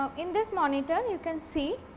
um in this monitor you can see.